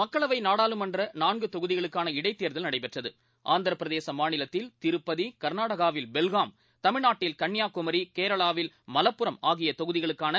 மக்களவை நாடாளுமன்ற நான்கு தொகுதிகளுக்கான இடைத்தேர்தல் நடைபெற்றது ஆந்திர பிரதேச மாநிலத்தில் திருப்பதி கர்நாடகாவில் பெல்காம் தமிழ்நாட்டில் கன்னியாகுமரி கேரளாவில் மலப்புரம் ஆகிய தொகுதிகளுக்கான